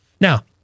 now